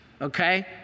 Okay